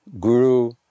Guru